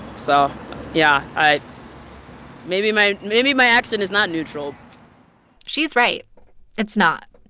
so yeah. i maybe my maybe my accent is not neutral she's right it's not.